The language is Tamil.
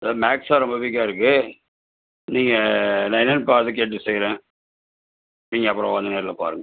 அதுதான் மேக்ஸ் தான் ரொம்ப வீக்காக இருக்குது நீங்கள் நான் என்னென்னு பார்த்து கேட்டு செய்கிறேன் நீங்கள் அப்புறம் வந்து நேரில் பாருங்கள்